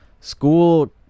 school